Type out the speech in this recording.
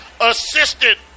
assistant